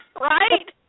Right